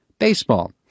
Baseball